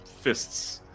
fists